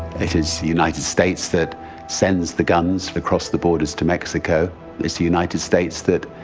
it is the united states that sends the guns across the borders to mexico is the united states that,